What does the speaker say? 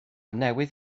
newydd